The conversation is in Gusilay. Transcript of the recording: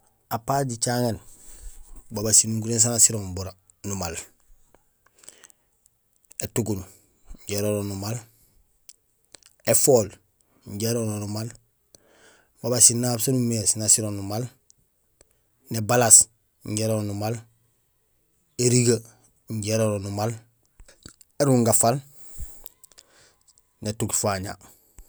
Apart jicaŋéén babaaj sinukuréén saan nak sirooŋ numaal: étuguuñ injé éronrong numaal, éfool injé éronrong numaal, babaaj sinaab saan umimé sin nak sirong numaal, nébalaas injé éronrong numaal, érigee injé éronrong numaal, érungafaal nétunkufaña.